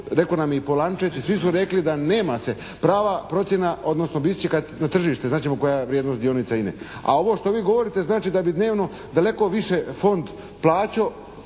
je i Polančec i svi su rekli da nema se prava procjena, odnosno biti će kad na tržište znat ćemo koga je vrijednost dionica INA-e, a ovo što vi govorite znači da bi dnevno daleko više fond plaćao